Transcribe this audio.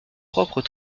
propres